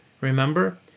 remember